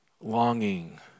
longing